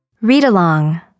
Read-along